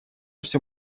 все